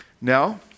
Now